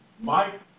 Mike